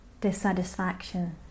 dissatisfaction